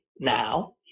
now